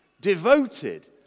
devoted